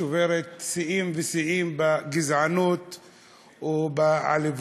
שוברת שיאים ושיאים בגזענות ובעליבות.